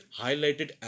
highlighted